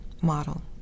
model